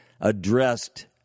addressed